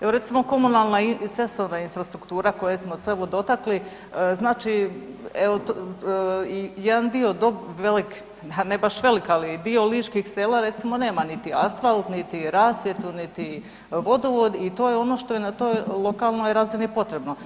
Evo recimo komunalna i cestovna infrastruktura koje smo se evo dotakli, znači evo jedan dio velik, a ne baš velik, ali dio ličkih sela recimo nema niti asfalt niti rasvjetu niti vodovod i to je ono što je na toj lokalnoj razini potrebno.